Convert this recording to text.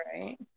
Right